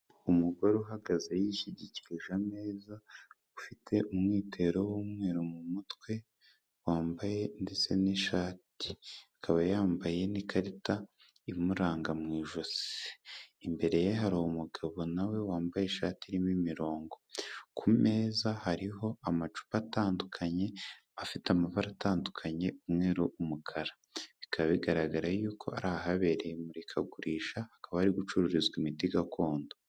Umugore uhagaze yishyigikirije ameza, ufite umwitero w'umweru mu mutwe, wambaye ndetse n'ishati, akaba yambaye n'ikarita imuranga mu ijosi. Imbere ye hari umugabo na we wambaye ishati irimo imirongo. Ku meza hariho amacupa atandukanye, afite amabara atandukanye, umweru, umukara. Bikaba bigaragara yuko ari ahabereye imurikagurisha, hakaba hari gucururizwa imiti gakondo.